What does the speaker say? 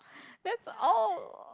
that's all